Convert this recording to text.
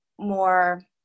more